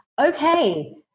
okay